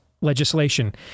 legislation